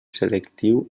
selectiu